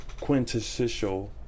quintessential